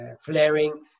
flaring